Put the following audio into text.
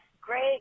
Great